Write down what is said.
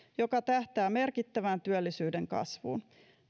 joka tähtää merkittävään työllisyyden kasvuun